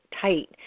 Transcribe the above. tight